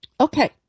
Okay